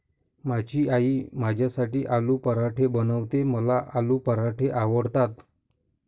माझी आई माझ्यासाठी आलू पराठे बनवते, मला आलू पराठे आवडतात